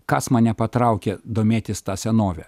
kas mane patraukė domėtis ta senove